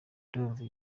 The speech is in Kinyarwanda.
ndumva